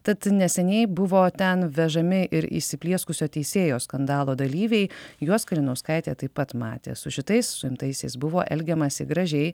tad neseniai buvo ten vežami ir įsiplieskusio teisėjo skandalo dalyviai juos kalinauskaitė taip pat matė su šitais suimtaisiais buvo elgiamasi gražiai